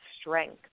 strength